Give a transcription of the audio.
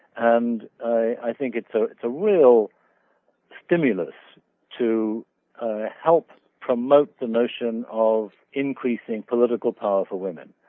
and i think it's so it's a real stimulus to help promote the notion of increasing political power for women.